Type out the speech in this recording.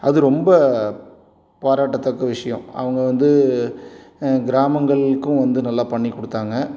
அது ரொம்ப பாராட்டத்தக்க விஷயம் அவங்க வந்து கிராமங்களுக்கும் வந்து நல்லா பண்ணிக்கொடுத்தாங்க